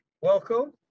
welcome